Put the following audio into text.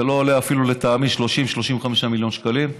זה לא עולה אפילו, לטעמי, 30 35 מיליון שקלים.